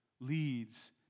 leads